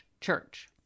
church